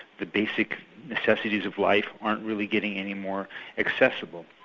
the basic necessities of life aren't really getting any more accessible.